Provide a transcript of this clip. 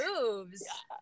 moves